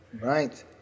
Right